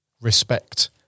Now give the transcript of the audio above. respect